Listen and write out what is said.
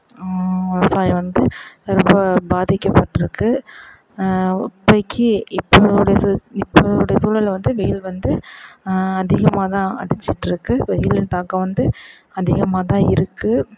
விவசாயம் வந்து ரொம்ப பாதிக்கப்பட்டிருக்கு இப்போதைக்கி இப்போ ஒரு சு இப்போ ஒரு சூழலில் வந்து வெயில் வந்து அதிகமாக தான் அடிச்சுட்ருக்கு வெயிலின் தாக்கம் வந்து அதிகமாக தான் இருக்குது